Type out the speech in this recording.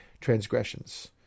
transgressions